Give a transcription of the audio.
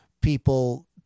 people